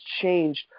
changed –